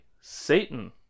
satan